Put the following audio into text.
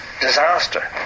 disaster